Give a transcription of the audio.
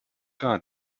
gar